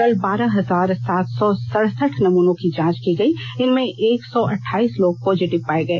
कल बारह हजार सात सौ सड़सठ नमूनों की जांच की गई इनमें एक सौ अठाइस लोग पॉजिटिव पाए गए